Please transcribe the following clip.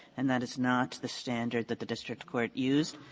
and that is not the standard that the district court used,